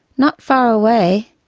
not far away,